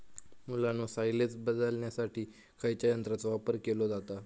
मुलांनो सायलेज बदलण्यासाठी खयच्या यंत्राचो वापर केलो जाता?